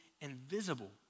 invisible